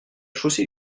chaussée